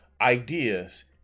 ideas